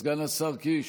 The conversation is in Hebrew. סגן השר קיש,